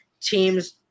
teams